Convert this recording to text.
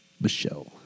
Michelle